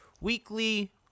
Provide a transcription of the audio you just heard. weekly